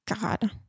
god